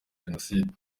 jenoside